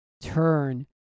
turn